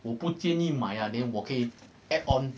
我不介意买呀啊 then 我可以 add on